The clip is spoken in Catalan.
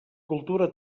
cultura